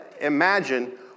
imagine